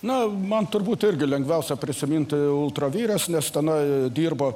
na man turbūt irgi lengviausia prisiminti ultravires nes tenai dirbo